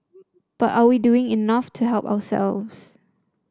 but are we doing enough to help ourselves